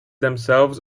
themselves